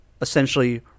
essentially